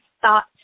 thoughts